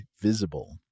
visible